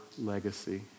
legacy